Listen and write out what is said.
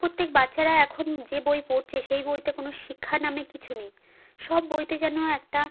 প্রত্যেক বাচ্চারা এখন যে বই পড়ছে সেই বইতে কোনো শিক্ষা নামে কিছু নেই সব বইতে যেন একটা